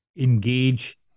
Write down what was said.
engage